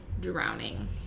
drowning